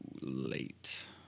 late